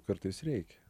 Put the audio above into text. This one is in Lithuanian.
kartais reikia